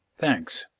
thanks.